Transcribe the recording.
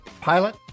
pilot